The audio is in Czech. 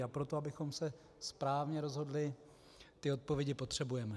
Pro to, abychom se správně rozhodli, ty odpovědi potřebujeme.